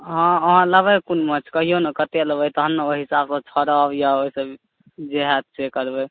हँ अहाँ लेबै कोन माछ कहियौ ने कतेक लेबै तखन ने ओहि हिसाबसँ छोड़ब या जे हैत से करबै